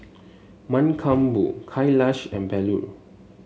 Mankombu Kailash and Bellur